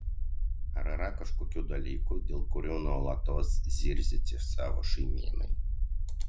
ar yra kažkokių dalykų dėl kurių nuolatos zirziate savo šeimynai